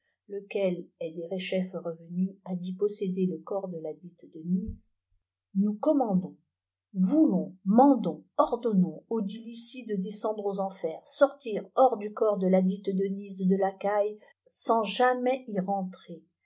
lequel est derechef revenu a dit posséder le corps de ladite denyse nous commandons voulons mandons ordonnons audit lissi de descendre aux enfers sortir hors du corps de ladite denyse de lacaille sans jamais y rentrer